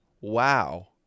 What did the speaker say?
wow